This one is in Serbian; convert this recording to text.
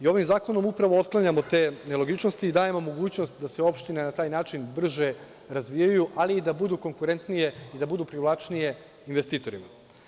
Ovim zakonom upravo otklanjamo te nelogičnosti i dajemo mogućnost da se opštine na taj način brže razvijaju, ali i da budu konkurentnije i da budu privlačnije investitorima.